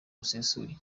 busesuye